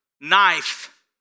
knife